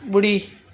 ॿुड़ी